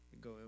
Go